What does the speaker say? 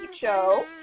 show